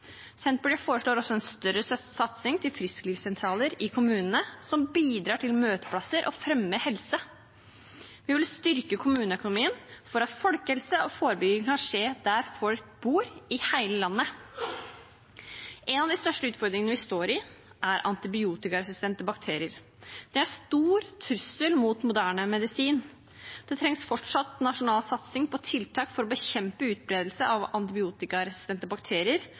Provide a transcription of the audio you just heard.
Senterpartiet foreslår også en større satsing til frisklivssentraler i kommunene, som bidrar til møteplasser og fremmer helse. Vi vil styrke kommuneøkonomien for at folkehelse og forebygging kan skje der folk bor, i hele landet. En av de største utfordringene vi står i, er antibiotikaresistente bakterier. De er en stor trussel mot moderne medisin. Det trengs fortsatt nasjonal satsing på tiltak for å bekjempe utbredelse av antibiotikaresistente bakterier,